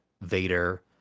Vader